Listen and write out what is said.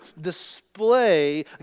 display